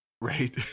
Right